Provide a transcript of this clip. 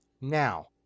Now